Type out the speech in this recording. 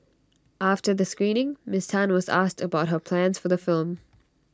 after the screening miss Tan was asked about her plans for the film